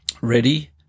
Ready